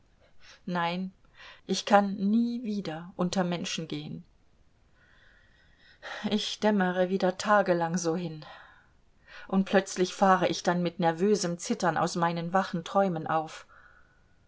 nein ich kann nie wieder unter menschen gehen ich dämmere wieder tagelang so hin und plötzlich fahre ich dann mit nervösem zittern aus meinen wachen träumen auf